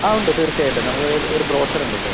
ആ ഉണ്ട് തീർച്ചയായിട്ടും നമ്മളെ കയ്യിൽ ഒരു ബ്രോഷറുണ്ട് സാർ